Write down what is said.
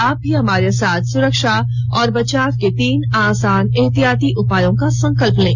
आप भी हमारे साथ सुरक्षा और बचाव के तीन आसान एहतियाती उपायों का संकल्प लें